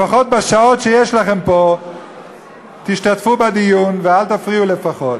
לפחות בשעות שיש לכם פה תשתתפו בדיון ואל תפריעו לפחות.